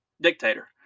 dictator